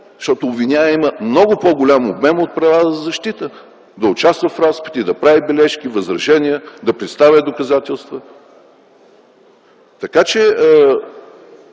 Защото обвиняемият има много по-голям обем от права на защита – да участва в разпити, да прави бележки, възражения, да представя доказателства. Така че,